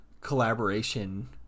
collaboration